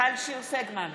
מיכל שיר סגמן,